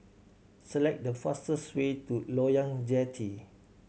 select the fastest way to Loyang Jetty